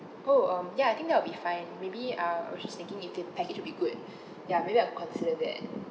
oh um ya I think that will be fine maybe ah I was just thinking if the package would be good ya maybe I will consider that